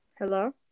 Hello